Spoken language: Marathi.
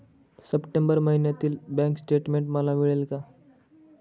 सप्टेंबर महिन्यातील बँक स्टेटमेन्ट मला मिळेल का?